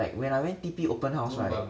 like when I when T_P open house right